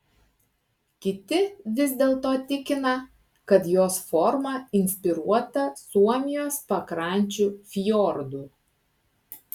kiti vis dėlto tikina kad jos forma inspiruota suomijos pakrančių fjordų